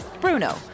Bruno